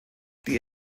die